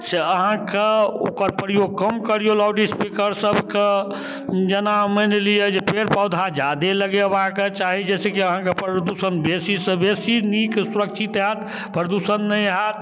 से अहाँके ओकर प्रयोग कम करिऔ लाउडस्पीकर सबके जेना मानि लिअऽ जे पेड़ पौधा जादे लगेबाके चाही जाहिसँ कि अहाँके प्रदूषण बेसीसँ बेसी नीक सुरक्षित हैत प्रदूषण नहि हैत